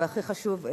והכי חשוב,